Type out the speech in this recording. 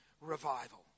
revival